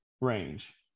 range